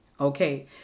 Okay